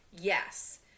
yes